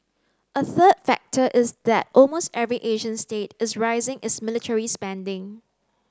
a third factor is that almost every Asian state is rising its military spending